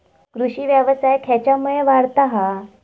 कृषीव्यवसाय खेच्यामुळे वाढता हा?